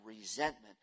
resentment